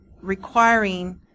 requiring